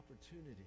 opportunity